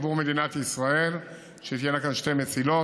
עבור מדינת ישראל, שתהיינה כאן שני מסילות.